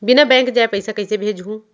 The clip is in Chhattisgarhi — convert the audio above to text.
बिना बैंक जाए पइसा कइसे भेजहूँ?